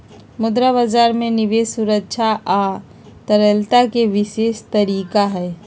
मुद्रा बजार में निवेश सुरक्षा आ तरलता के विशेष तरीका हई